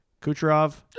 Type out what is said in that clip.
Kucherov